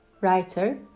Writer